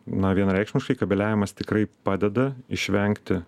na vienareikšmiškai kabeliavimas tikrai padeda išvengti